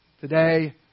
today